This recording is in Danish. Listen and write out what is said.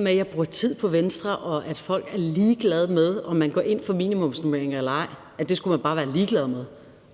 med, at jeg brugte tid på Venstre i min tale, og at folk er ligeglade med, om man går ind for minimumsnormeringer eller ej, altså at det skulle man bare være ligeglad med, vil